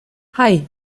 hei